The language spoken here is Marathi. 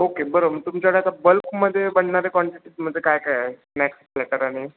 ओके बरं मग तुमच्याकडे आता बल्कमध्ये बनणाऱ्या क्वांटिटीजमध्ये काय काय आहे स्नॅक्स प्लेटर आणि